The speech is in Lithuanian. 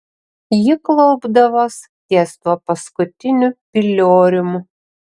ji klaupdavos ties tuo paskutiniu piliorium